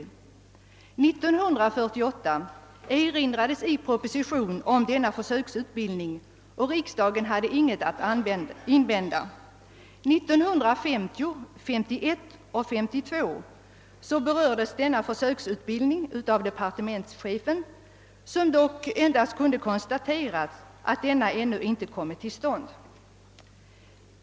År 1948 erinrades i proposition om denna försöksutbildning, och riksdagen hade då inget att invända. Denna utbildning berördes även 1950, 1951 och 1952 av departementschefen, som dock endast kunde konstatera att den ännu inte kommit till stånd.